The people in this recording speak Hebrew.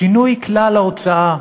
שינוי כלל ההוצאה,